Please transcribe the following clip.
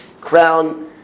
crown